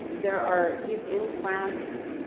there are he's in france.